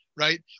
Right